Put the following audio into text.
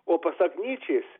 o pasak nyčės